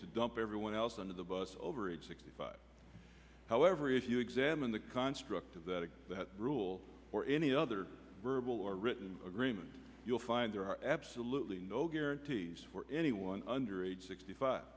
to dump everyone else under the bus over exactly five however if you examine the construct of the rule or any other verbal or written agreement you'll find there are absolutely no guarantees for anyone under age sixty five